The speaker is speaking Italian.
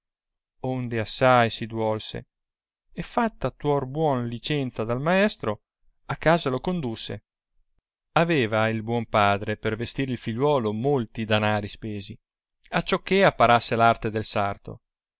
onde assai si duolse e fcitta tuor buona licenza dal maestro a casa lo condusse aveva il buon padre per vestir il figliuolo molti danari spesi acciò che apparasse l'arte del sarto